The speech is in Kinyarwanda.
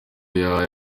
yahaye